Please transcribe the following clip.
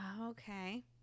okay